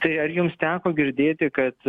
tai ar jums teko girdėti kad